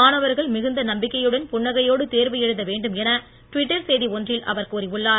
மாணவர்கள் மிகுந்த நம்பிக்கையுடன் புன்னகையோடு தேர்வு எழுத வேண்டும் என டுவிட்டர் செய்தி ஒன்றில் அவர் கூறியுள்ளார்